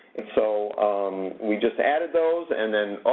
and so we just added those, and, then, oh,